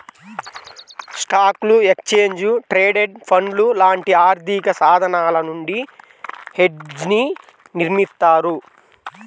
స్టాక్లు, exchange traded ఫండ్లు లాంటి ఆర్థికసాధనాల నుండి హెడ్జ్ని నిర్మిత్తారు